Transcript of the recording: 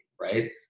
right